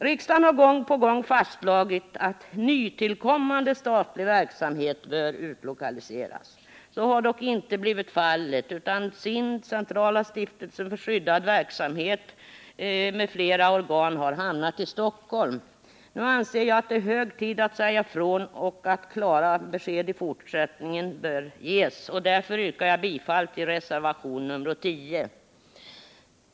Riksdagen har gång på gång fastslagit att nytillkommande statlig verksamhet bör utlokaliseras. Så har dock inte blivit fallet, utan SIND, Centrala stiftelsen för skyddad verksamhet m.fl. organ har hamnat i Stockholm. Nu anser jag att det är hög tid att säga ifrån och att klara besked i fortsättningen bör ges. Därför yrkar jag bifall till reservationen 10.